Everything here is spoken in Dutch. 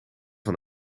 van